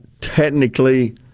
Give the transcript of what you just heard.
technically